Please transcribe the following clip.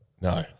No